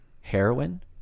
heroin